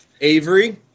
Avery